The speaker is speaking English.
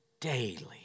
daily